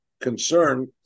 concern